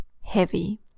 heavy